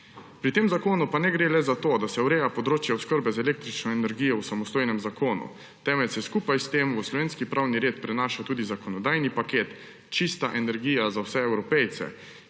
Pri tem zakonu pa ne gre le za to, da se ureja področje oskrbe z električno energijo v samostojnem zakonu, temveč se skupaj s tem v slovenski pravni red prenaša tudi zakonodajni paket Čista energija za vse Evropejce,